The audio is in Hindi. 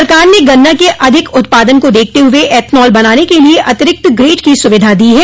सरकार ने गन्ना के अधिक उत्पादन को देखते हुए एथनाल बनाने के लिए अतिरिक्त ग्रेड की सुविधा दी है